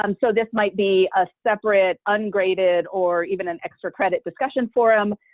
um so this might be a separate, ungraded or even an extra credit discussion forum,